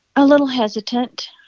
a little hesitant